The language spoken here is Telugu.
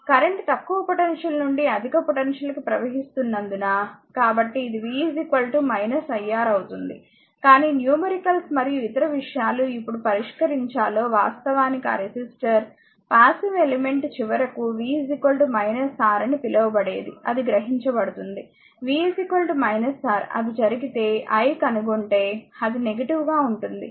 కరెంట్ తక్కువ పొటెన్షియల్ నుండి అధిక పొటెన్షియల్ కి ప్రవహిస్తున్నందున కాబట్టి ఇది v iR అవుతుంది కానీ న్యూమరికల్స్ మరియు ఇతర విషయాలు ఎప్పుడు పరిష్కరించాలో వాస్తవానికి ఆ రెసిస్టర్ పాసివ్ ఎలిమెంట్ చివరకు v R అని పిలవబడేది అది గ్రహించబడుతుంది v R అది జరిగితే I కనుగొంటే అది నెగిటివ్ గా ఉంటుంది